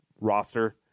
roster